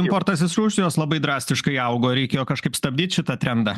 importas is rusijos labai drastiškai augo reikėjo kažkaip stabdyt šitą trendą